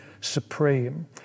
supreme